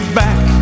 back